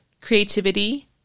creativity